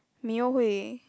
Mayo